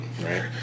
right